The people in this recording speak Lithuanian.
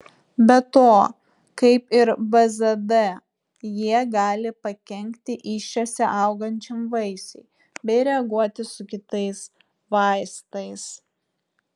be to kaip ir bzd jie gali pakenkti įsčiose augančiam vaisiui bei reaguoti su kitais vaistais